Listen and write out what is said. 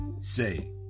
say